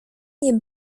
nie